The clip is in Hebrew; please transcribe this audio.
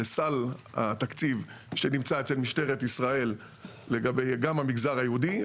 לסל התקציב שנמצא עכשיו אצל משטרת ישראל גם לגבי המגזר היהודי,